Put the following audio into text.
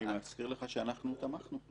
אני מזכיר לך שאנחנו תמכנו.